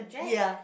ya